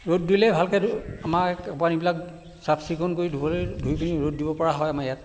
ৰ'দ দিলে ভালকৈ ধু আমাৰ পানীবিলাক চাফ চিকুণ কৰি ধুবলৈ ধুই পিনি ৰ'দত দিব পৰা হয় আমাৰ ইয়াত